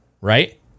Right